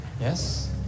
Yes